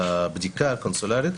לבדיקה הקונסולרית,